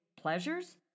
pleasures